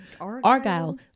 Argyle